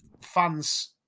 fans